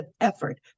effort